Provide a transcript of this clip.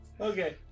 Okay